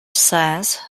says